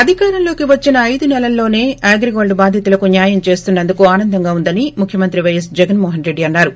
అధికారంలోకి వచ్చిన ఐదు నెలల్లోసే అగ్రిగోల్డ్ బాధితులకు న్నాయం చేస్తున్న ందకు ఆనందంగా ఉందని ముఖ్వమంత్రి పైఎస్ జగన్మోహన్రెడ్డి అన్నారు